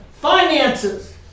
finances